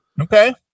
Okay